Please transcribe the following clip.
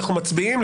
אנחנו מצביעים,